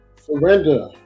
Surrender